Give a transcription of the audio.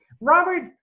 Robert